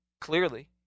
clearly